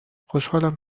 خوشحالم